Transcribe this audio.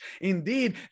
Indeed